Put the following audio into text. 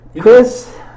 Chris